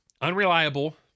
unreliable